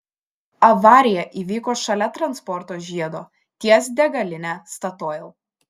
avarija įvyko šalia transporto žiedo ties degaline statoil